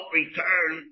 return